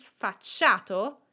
sfacciato